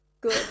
Good